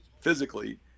physically